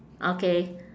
okay